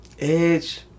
Edge